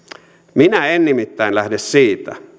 minä en nimittäin lähde siitä